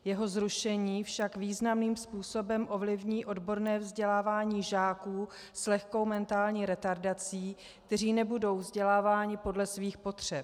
Jeho zrušení však významným způsobem ovlivní odborné vzdělávání žáků s lehkou mentální retardací, kteří nebudou vzděláváni podle svých potřeb.